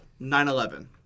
9-11